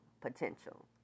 potential